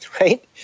right